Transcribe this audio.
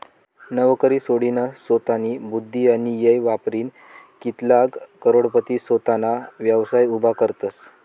नवकरी सोडीनसोतानी बुध्दी आणि येय वापरीन कित्लाग करोडपती सोताना व्यवसाय उभा करतसं